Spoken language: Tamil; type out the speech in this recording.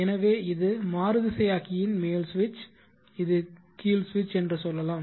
எனவே இது மாறுதிசையாக்கியின் மேல் சுவிட்ச் இது கீழ் சுவிட்ச் என்று சொல்லலாம்